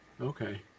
Okay